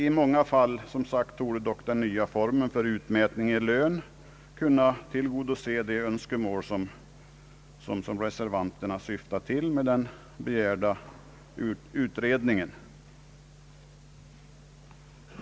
I många fall torde dock som sagt den nya formen för utmätning i lön kunna tillgodose de önskemål som reservanterna syftar till med den begärda utredningen.